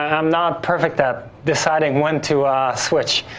i'm not perfect at deciding when to switch.